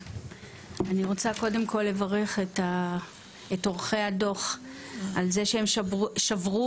אני רוצה קודם כל לברך את עורכי הדוח על כך שהם שברו